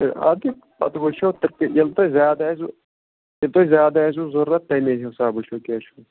تہِ اَدٕ پَتہٕ وٕچھو تیٚلہِ ییٚلہِ تۄہہِ زیادٕ آسیو ییٚلہِ تۄہہِ زیادٕ آسِوٕ ضوٚرَتھ تَمے حِسابہٕ وٕچھِو کیٚنٛہہ چھُنہٕ